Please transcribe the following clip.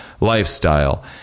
lifestyle